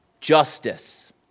justice